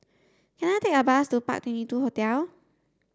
can I take a bus to Park twenty two Hotel